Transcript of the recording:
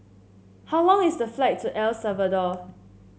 how long is the flight to El Salvador